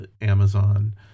Amazon